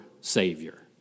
Savior